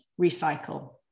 recycle